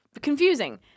Confusing